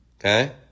Okay